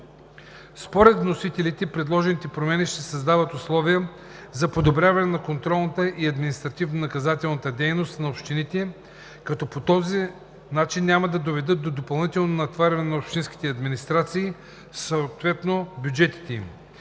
Според вносителите предложените промени ще създадат условия за подобряване на контролната и административнонаказателната дейност на общините, като няма да доведат до допълнително натоварване на общинските администрации, съответно на бюджетите им.